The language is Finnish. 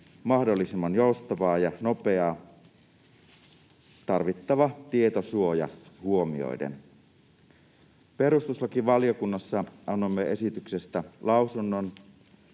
mahdollisimman joustavaa ja nopeaa tarvittava tietosuoja huomioiden. Perustuslakivaliokunnassa annoimme esityksestä lausunnon